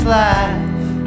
life